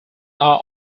are